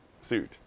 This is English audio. suit